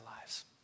lives